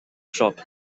shop